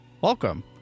welcome